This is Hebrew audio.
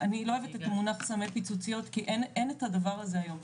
אני לא אוהבת את תמונת סמי פיצוציות כי אין את הדבר הזה היום,